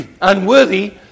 unworthy